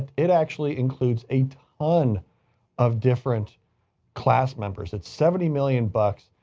it actually includes a ton of different class members. it's seventy million bucks.